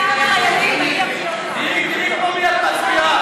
ההצעה להעביר לוועדה את הצעת חוק עידוד